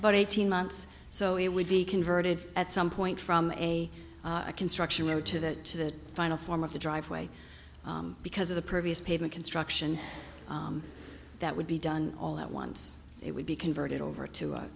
about eighteen months so it would be converted at some point from a construction worker to that final form of the driveway because of the previous pavement construction that would be done all at once it would be converted over to u